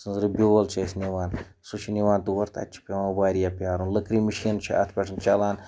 سٕنٛزرِ بیول چھِ أسۍ ںِوان سُہ چھِ نِوان تور تَتہِ چھِ پٮ۪وان واریاہ پیٛارُن لٔکرِ مِشیٖن چھِ اَتھ پٮ۪ٹھ چَلان